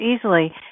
easily